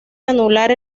anular